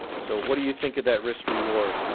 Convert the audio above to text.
so what do you think of that risk reward?